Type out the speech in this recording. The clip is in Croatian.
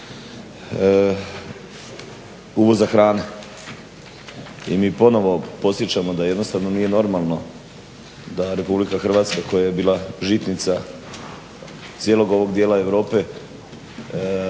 uvoza hrane i mi ponovo podsjećamo da jednostavno nije normalno da Republika Hrvatska koja je bila žitnica cijelog ovog dijela Europe